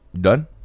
Done